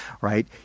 right